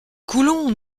coulons